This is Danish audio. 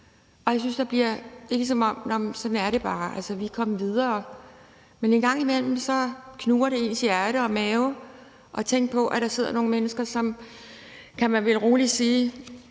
og jeg synes, det bliver sådan lidt, at sådan er det bare – altså, vi er kommet videre. Men en gang imellem giver det en knugende fornemmelse i hjertet og maven at tænke på, at der sidder nogle mennesker, som, kan man vel rolig sige,